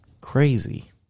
Crazy